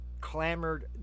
clamored